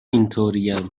اینطوریم